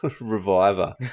Reviver